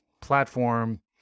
platform